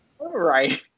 right